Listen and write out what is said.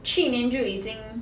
去年就已经